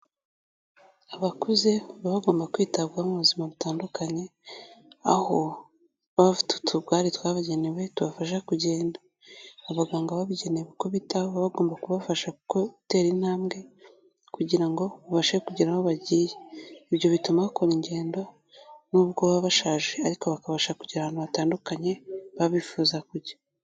Abakuze baba bagomba kwitabwaho mu buzima butandukanye, aho bafite utugare twabagenewe tubafasha kugenda. Abaganga babigenewe kubitaho, bagomba kubafasha gutera intambwe kugira ngo babashe kugera aho bagiye. Ibyo bituma bakora ingendo n'ubwo baba bashaje ariko bakabasha kugera ahantu hatandukanye baba bifuza kujya.